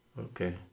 Okay